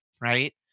right